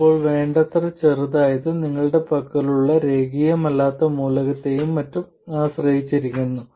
ഇപ്പോൾ വേണ്ടത്ര ചെറുതായത് നിങ്ങളുടെ പക്കലുള്ള രേഖീയമല്ലാത്ത മൂലകത്തെയും മറ്റും ആശ്രയിച്ചിരിക്കുന്നു